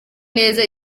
neza